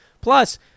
Plus